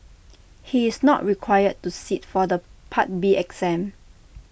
he is not required to sit for the part B exam